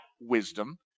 wisdom